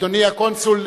אדוני הקונסול,